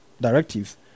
directives